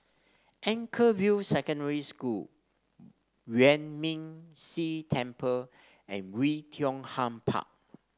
Anchorvale Secondary School Yuan Ming Si Temple and Oei Tiong Ham Park